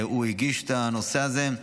הגיש את הנושא הזה.